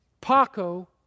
Paco